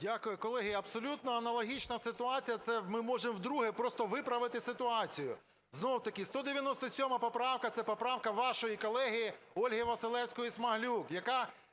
Дякую. Колеги, абсолютно аналогічна ситуація. Це ми можемо вдруге просто виправити ситуацію. Знову-таки 197 поправка, це поправка вашої колеги Ольги Василевської-Смаглюк,